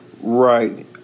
Right